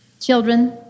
Children